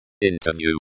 Interview